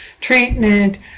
treatment